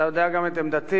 אתה יודע גם את עמדתי,